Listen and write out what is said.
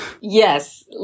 Yes